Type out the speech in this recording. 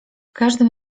każdym